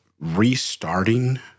restarting